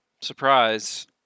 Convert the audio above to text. Surprise